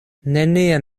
neniam